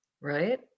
right